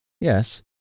Yes